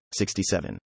67